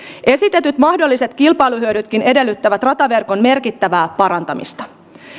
esitetyt mahdolliset kilpailuhyödytkin edellyttävät rataverkon merkittävää parantamista